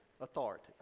authority